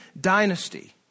dynasty